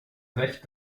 recht